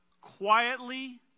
quietly